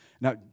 Now